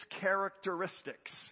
characteristics